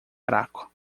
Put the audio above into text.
fraco